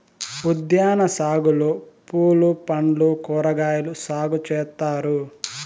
ఉద్యాన సాగులో పూలు పండ్లు కూరగాయలు సాగు చేత్తారు